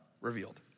revealed